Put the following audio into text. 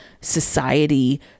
society